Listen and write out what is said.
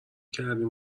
کردیم